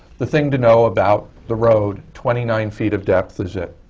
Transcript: the thing to know about the road, twenty nine feet of depth is it.